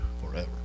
forever